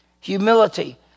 Humility